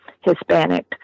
Hispanic